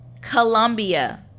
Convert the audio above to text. Colombia